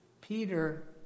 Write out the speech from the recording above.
Peter